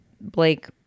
blake